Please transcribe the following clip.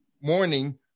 morning